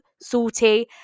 salty